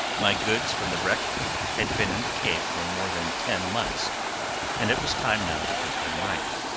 my goods from the wreck had been in the cave for more than ten months and it was time now to put them right,